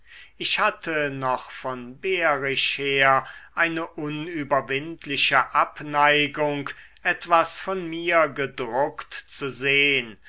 ich hatte noch von behrisch her eine unüberwindliche abneigung etwas von mir gedruckt zu sehn